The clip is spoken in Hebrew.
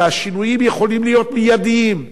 שהשינויים יכולים להיות מיידיים.